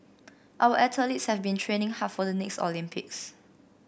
our athletes have been training hard for the next Olympics